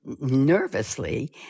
nervously